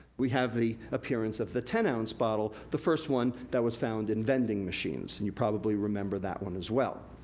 we have the appearance of the ten ounce bottle, the first one that was found in vending machines. and you probably remember that one, as well.